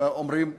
אומרים אחרת,